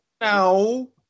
no